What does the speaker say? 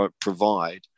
provide